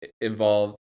involved